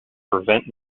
prevent